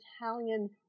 Italian